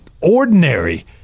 ordinary –